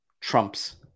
trumps